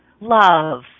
love